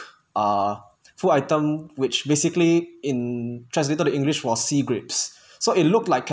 uh food item which basically in translated to english was sea grapes so it looked like